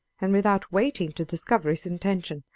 and without waiting to discover his intentions,